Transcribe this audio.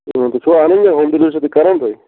تُہۍ چھِوا اَنان یہِ ہوٗم ڈیلٕوری چھِوا کَران تُہۍ